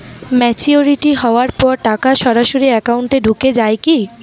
Maturity হওয়ার পর টাকা সরাসরি একাউন্ট এ ঢুকে য়ায় কি?